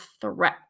threat